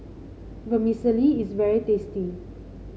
vermicelli is very tasty